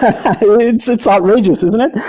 ah so it's it's outrageous, isn't it?